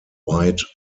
white